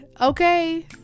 okay